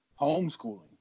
homeschooling